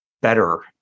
better